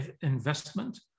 investment